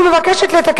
יכולת.